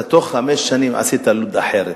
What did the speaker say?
אתה בתוך חמש שנים עשית לוד אחרת,